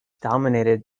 dominated